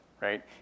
right